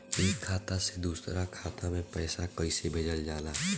एक खाता से दूसरा खाता में पैसा कइसे भेजल जाला?